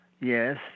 yes